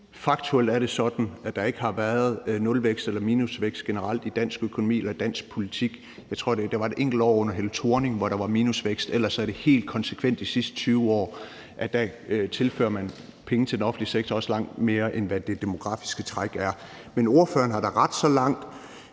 Faktuelt er det sådan, at der ikke har været nulvækst eller minusvækst generelt i dansk økonomi eller dansk politik – jeg tror dog, der var et enkelt år under Helle Thorning-Schmidt, hvor der var minusvækst. Ellers er det helt konsekvent de sidste 20 år sådan, at man har tilført penge til den offentlige sektor, også langt mere, end hvad det demografiske træk retfærdiggør. Men spørgeren har da ret så langt,